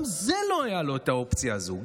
גם בזה לא הייתה לו את האופציה הזאת,